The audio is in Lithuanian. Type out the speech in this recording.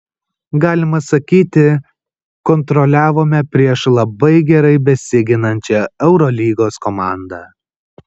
galima sakyti kontroliavome prieš labai gerai besiginančią eurolygos komandą